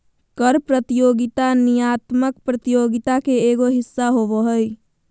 कर प्रतियोगिता नियामक प्रतियोगित के एगो हिस्सा होबा हइ